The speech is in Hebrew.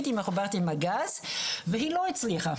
היא מחוברת עם הגז והיא לא הצליחה.